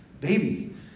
baby